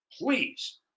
please